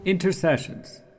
Intercessions